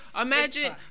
Imagine